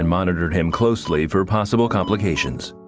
and monitored him closely for possible complications.